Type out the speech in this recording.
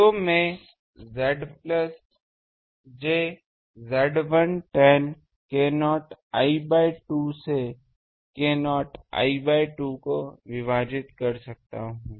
तो मैं Z0 plus j Z1 tan k0 l by 2 से k0 l बाय 2 को विभाजित कर सकता हूं